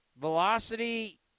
Velocity